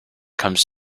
comes